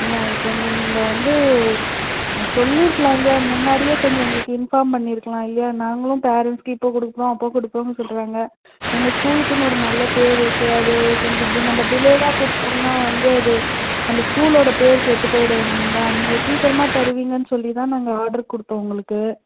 இல்லை அது கொஞ்சம் நீங்கள் வந்து சொல்லியிருக்கலாம் இல்லையா முன்னாடியே கொஞ்சம் எங்களுக்கு இன்ஃபார்ம் பண்ணியிருக்கலாம் இல்லையா நாங்களும் பேரெண்ட்ஸுக்கு இப்போ கொடுக்குறோம் அப்போ கொடுக்குறோம்னு சொல்கிறாங்க எங்கள் ஸ்கூலுக்குன்னு ஒரு நல்ல பேர் இருக்குது அது கொஞ்சம் இப்படி நம்ம டிலேவாக கொடுத்தோம்னா வந்து அது நம்ம ஸ்கூலோட பேர் கெட்டுபோய்டும் இல்லைங்களா நீங்கள் சீக்கிரமாக தருவீங்கன்னு சொல்லி தான் நாங்கள் ஆர்டர் கொடுத்தோம் உங்களுக்கு